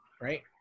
right